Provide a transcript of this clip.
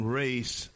race